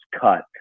cut